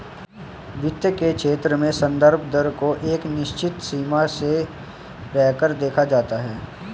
वित्त के क्षेत्र में संदर्भ दर को एक निश्चित समसीमा में रहकर देखा जाता है